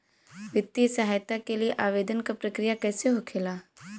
वित्तीय सहायता के लिए आवेदन क प्रक्रिया कैसे होखेला?